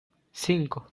cinco